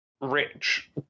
rich